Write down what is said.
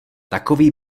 takový